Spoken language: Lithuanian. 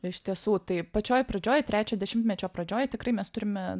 iš tiesų tai pačioj pradžioj trečio dešimtmečio pradžioj tikrai mes turime